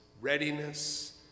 readiness